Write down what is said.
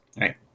right